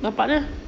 bapa dia